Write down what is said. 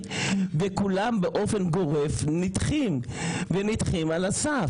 וכולם באופן גורף נדחים ונדחים על הסף.